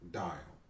dial